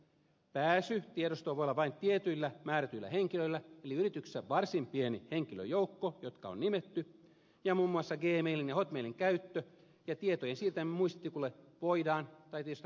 pääsy tiedostoon voi olla vain tietyillä määrätyillä henkilöillä eli yrityksissä on varsin pieni henkilöjoukko joka on nimetty ja muun muassa gmailin ja hotmailin käyttö ja tietojen siirtäminen muistitikulle voidaan tai tietyissä tapauksissa pitää kieltää